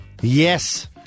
Yes